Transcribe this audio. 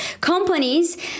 companies